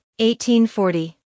1840